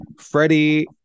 Freddie